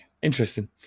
Interesting